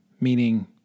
meaning